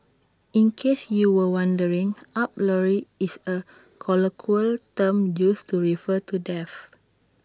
in case you were wondering up lorry is A colloquial term used to refer to death